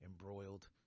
embroiled